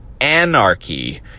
anarchy